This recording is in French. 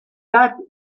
datent